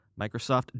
Microsoft